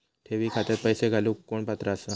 ठेवी खात्यात पैसे घालूक कोण पात्र आसा?